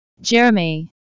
jeremy